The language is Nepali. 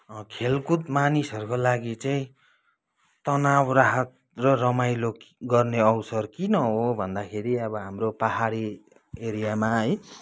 खेलकुद मानिसहरूको लागि चाहिँ तनाव राहत र रमाइलो गर्ने अवसर किन हो भन्दाखेरि अब हाम्रो पाहाडे एरियामा है